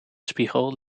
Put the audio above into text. spiegel